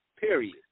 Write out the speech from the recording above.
Period